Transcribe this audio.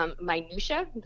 minutia